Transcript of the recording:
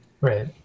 right